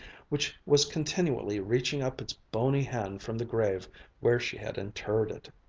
which was continually reaching up its bony hand from the grave where she had interred it.